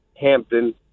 Hampton